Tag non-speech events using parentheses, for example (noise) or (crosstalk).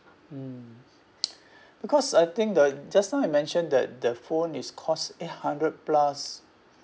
mm (noise) (breath) because I think the just now you mentioned that the phone is cost eight hundred plus